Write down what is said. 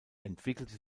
entwickelte